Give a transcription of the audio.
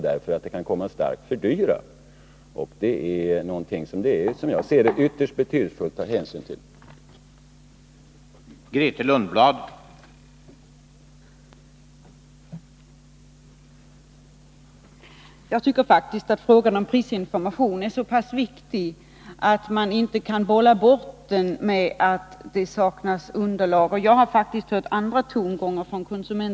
En sådan här sak kan komma att starkt fördyra varorna, och det är ytterst betydelsefullt att ta hänsyn till det.